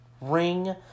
ring